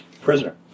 Prisoner